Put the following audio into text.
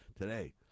today